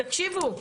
תקשיבו,